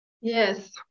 Yes